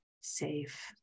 safe